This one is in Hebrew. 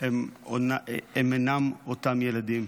הם אינם אותם ילדים.